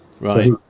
Right